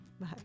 bye